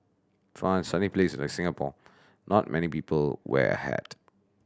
for a sunny place like Singapore not many people wear a hat